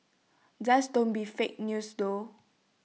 just don't be fake news though